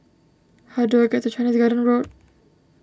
how do I get to Chinese Garden Road